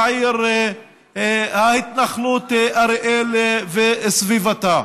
ההתנחלות אריאל וסביבתה.